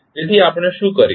તેથી આપણે શું કરીશું